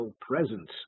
presence